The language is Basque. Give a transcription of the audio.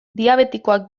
diabetikoak